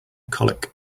colic